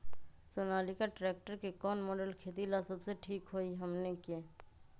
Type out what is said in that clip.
Sonalika tractor के कौन model खेती ला सबसे ठीक होई हमने की?